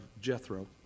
Jethro